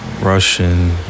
Russian